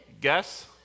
Guess